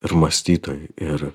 ir mąstytojai ir